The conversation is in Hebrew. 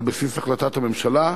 על בסיס החלטת הממשלה,